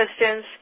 Assistance